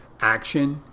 action